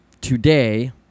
today